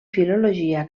filologia